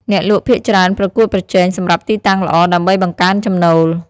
អ្នកលក់ភាគច្រើនប្រកួតប្រជែងសម្រាប់ទីតាំងល្អ ដើម្បីបង្កើនចំណូល។